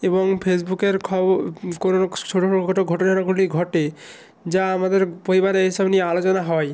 এবং ফেসবুকের খব কোনো ছোটো খাটো ঘটনাগুলি ঘটে যা আমাদের পরিবারে এই সব নিয়ে আলোচনা হয়